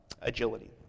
agility